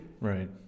right